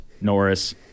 Norris